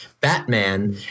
Batman